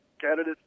candidates